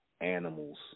animals